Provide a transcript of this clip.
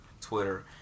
Twitter